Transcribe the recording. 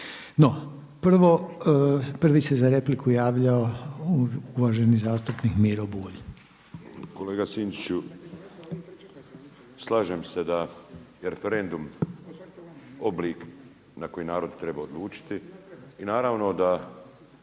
No, prvi se za repliku javio uvaženi zastupnik Miro Bulj. **Bulj, Miro (MOST)** Kolega Sinčiću, slažem se da je referendum oblik na koji narod treba odlučiti i naravno da